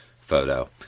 photo